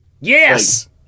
yes